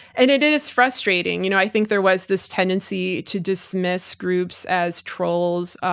and it is frustrating you know i think there was this tendency to dismiss groups as trolls,